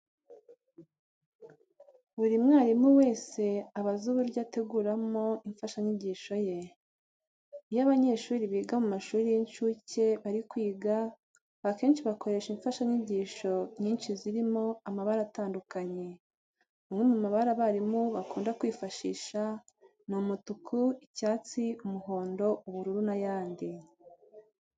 Buri mwarimu wese aba azi uburyo ateguramo imfashanyigisho ye. Iyo abanyeshuri biga mu mashuri y'incuke bari kwiga, akenshi bakoresha imfashanyigisho nyinshi zirimo amabara atandukanye. Amwe mu mabara abarimu bakunda kwifashisha ni umutuku, icyatsi, umuhondo, ubururu n'ayandi.